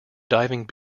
diving